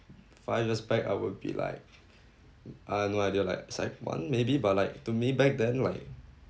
five years back I will be like I have no idea like sec one maybe but like to me back then like